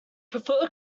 prefer